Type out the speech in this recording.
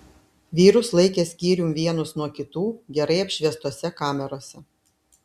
vyrus laikė skyrium vienus nuo kitų gerai apšviestose kamerose